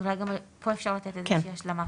אולי גם פה אפשר לתת איזושהי השלמה.